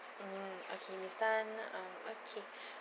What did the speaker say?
mm okay miss tan uh okay